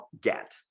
get